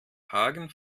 hagen